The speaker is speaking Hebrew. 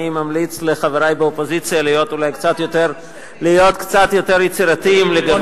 ואני ממליץ לחברי באופוזיציה להיות אולי קצת יותר יצירתיים לגבי,